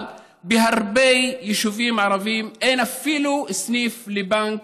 בהרבה יישובים ערביים אין אפילו סניף בנק,